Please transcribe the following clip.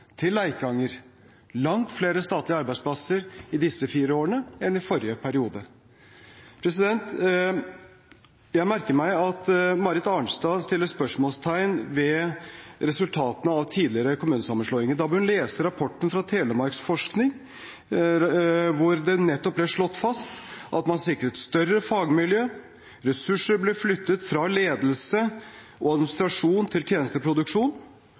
til Leikanger. Langt flere statlige arbeidsplasser er flyttet ut i disse fire årene enn i forrige periode. Jeg merker meg at Marit Arnstad setter spørsmålstegn ved resultatene av tidligere kommunesammenslåinger. Da bør hun lese rapporten fra Telemarksforsking, hvor det ble slått fast at man sikret større fagmiljø, ressurser ble flyttet fra ledelse og administrasjon til tjenesteproduksjon,